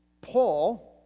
Paul